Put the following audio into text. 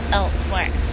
elsewhere